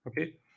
okay